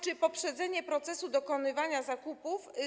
Czy poprzedzenie procesu dokonywania zakupów.